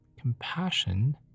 compassion